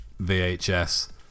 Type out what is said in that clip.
VHS